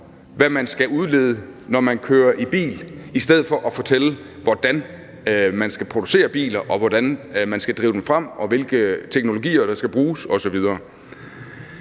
hvad man skal udlede, når man kører i bil, i stedet for at fortælle, hvordan man skal producere biler, og hvordan man skal drive dem frem, og hvilke teknologier der skal bruges osv.